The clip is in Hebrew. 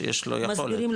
שיש לו יכולת.